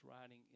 writing